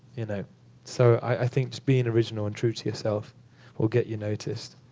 you know so i think just being original and true to yourself will get you noticed.